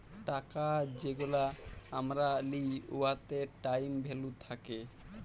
টাকা যেগলা আমরা লিই উয়াতে টাইম ভ্যালু থ্যাকে